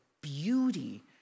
beauty